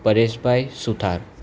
પરેશભાઈ સુથાર